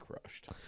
crushed